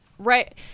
right